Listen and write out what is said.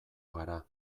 gara